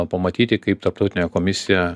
pamatyti kaip tarptautinė komisija